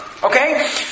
Okay